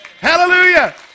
Hallelujah